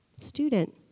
student